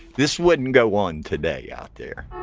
this wouldn't go on today out there,